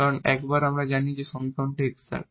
কারণ একবার আমরা জানি যে সমীকরণটি এক্সাট